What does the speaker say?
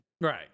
Right